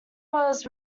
was